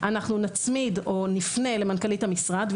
אנחנו נפנה למנכ"לית המשרד,